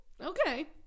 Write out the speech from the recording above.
Okay